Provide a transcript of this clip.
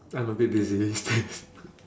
I'm a bit busy these days